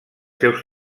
seus